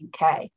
UK